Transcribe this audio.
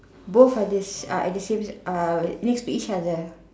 both are the sa~ uh at the same uh next to each other